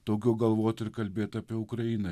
daugiau galvot ir kalbėt apie ukrainą